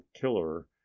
killer